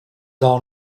are